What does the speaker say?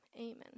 amen